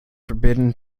forbidden